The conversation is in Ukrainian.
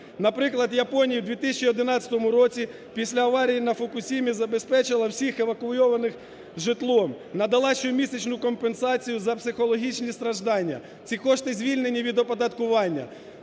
Наприклад, Японія в 2011 році після аварії на Фукусімі забезпечила всіх евакуйованих житлом, надала щомісячну компенсацію за психологічні страждання. Ці кошти звільнені від оподаткування,